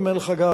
אם אין לך גז,